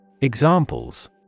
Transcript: Examples